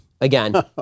again